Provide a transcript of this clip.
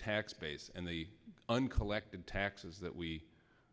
tax base and the uncollected taxes that we